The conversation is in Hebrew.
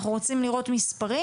אנחנו רוצים לראות מספרים,